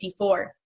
1954